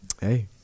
Hey